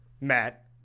Matt